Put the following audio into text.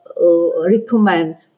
recommend